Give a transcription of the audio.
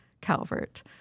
Calvert